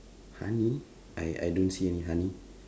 honey I I don't see any honey